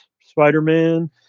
spider-man